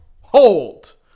hold